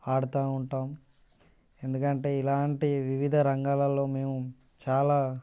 ఆడుతూ ఉంటాం ఎందుకంటే ఇలాంటి వివిధరంగాలలో మేము చాలా